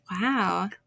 Wow